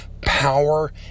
power